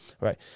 right